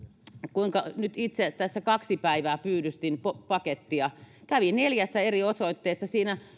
kuinka itse tässä nyt kaksi päivää pyydystin pakettia kävin neljässä eri osoitteessa siinä